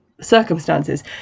circumstances